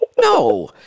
No